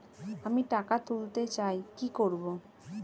আমি টাকা তুলতে চাই কি করব?